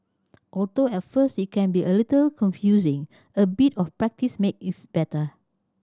although at first it can be a little confusing a bit of practice makes it better